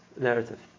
narrative